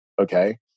Okay